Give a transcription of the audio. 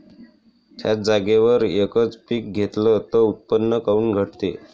थ्याच जागेवर यकच पीक घेतलं त उत्पन्न काऊन घटते?